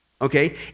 Okay